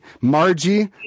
Margie